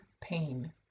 pain